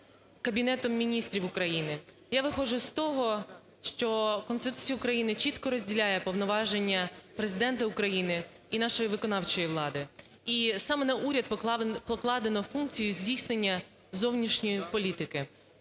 Кабінет Міністрів України. Я виходжу з того, що Конституція України чітко розділяє повноваження Президента України і нашої виконавчої влади, і саме на уряд покладено функцію здійснення зовнішньої політики.